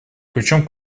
ключом